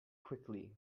quickly